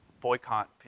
Boycott